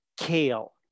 kale